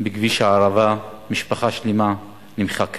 בכביש הערבה, משפחה שלמה נמחקה.